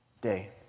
day